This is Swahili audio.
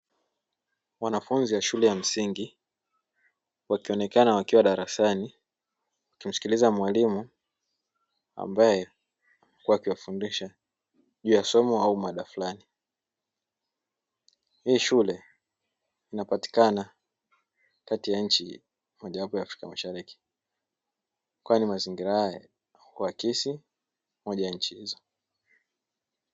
Wanafunzi wa shule ya msingi wakionekana wakiwa darasani wakimsikiliza mwalimu ambae alikuwa akiwafundisha juu ya somo au maada fulani. Hii shule, inapatikana kati ya nchi mojawapo ya Afrika Mashariki, kwani mazingira hayo yalikuwa yaki akisi moja ya nchi hizo.